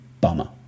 Bummer